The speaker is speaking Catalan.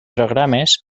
programes